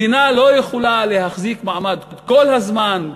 מדינה לא יכולה להחזיק מעמד כל הזמן,